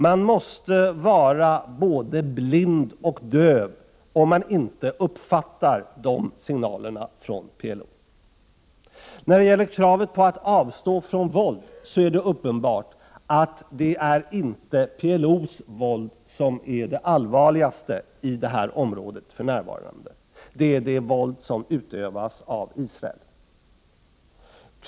Man måste vara både blind och döv om man inte uppfattar de signalerna från PLO. Beträffande kravet på att avstå från våld är det uppenbart att det inte är PLO:s våld som är det allvarligaste för närvarande i det här området, utan det är det våld som utövas av Israel.